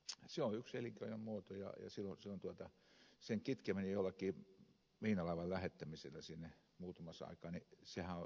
se on yksi elinkeinon muoto ja sen kitkeminen jollakin miinalaivan lähettämisellä sinne muutamaksi aikaa on naurettava juttu